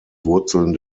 wurzeln